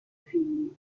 figli